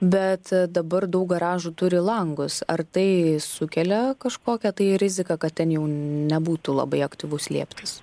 bet dabar daug garažų turi langus ar tai sukelia kažkokią tai riziką kad ten jau nebūtų labai aktyvus slėptis